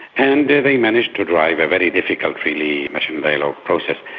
and they managed to drive a very difficult really national dialogue process.